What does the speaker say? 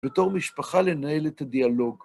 בתור משפחה לנהל את הדיאלוג.